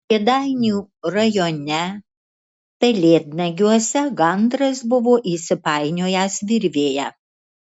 kėdainių rajone pelėdnagiuose gandras buvo įsipainiojęs virvėje